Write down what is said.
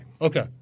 Okay